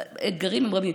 האתגרים הם רבים.